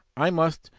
i must,